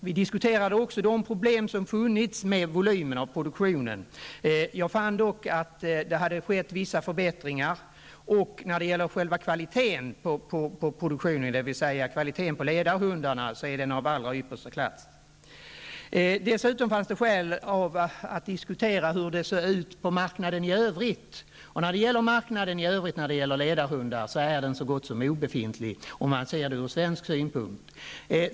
Vi diskuterade också de problem som funnits när det gäller produktionens volym. Jag fann dock att det hade skett vissa förbättringar. Och själva kvaliteten på produktionen, dvs. kvaliteten på ledarhundarna, är av allra yppersta klass. Dessutom fanns det skäl att diskutera hur det ser ut på marknaden i övrigt. När det gäller ledarhundar är marknaden i övrigt så gott som obefintlig ur svensk synpunkt.